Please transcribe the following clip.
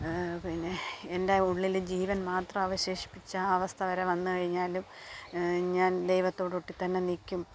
പിന്നേ എൻ്റെ ഉള്ളിൽ ജീവൻ മാത്രം അവശേഷിപ്പിച്ച അവസ്ഥവരെ വന്നു കഴിഞ്ഞാലും ഞാൻ ദൈവത്തോട് ഒട്ടിത്തന്നെ നിക്കും